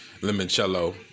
limoncello